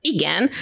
Igen